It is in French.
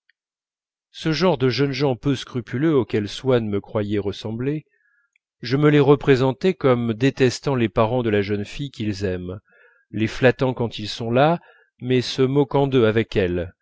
ce genre de jeunes gens peu scrupuleux auxquels swann me croyait ressembler je me les représentais comme détestant les parents de la jeune fille qu'ils aiment les flattant quand ils sont là mais se moquant d'eux avec elle